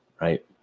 right